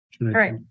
right